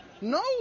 No